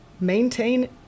maintain